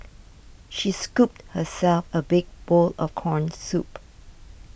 she scooped herself a big bowl of Corn Soup